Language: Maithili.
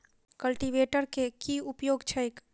कल्टीवेटर केँ की उपयोग छैक?